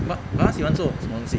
but 他喜欢做什么东西